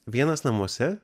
vienas namuose